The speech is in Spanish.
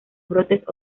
brotes